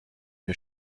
une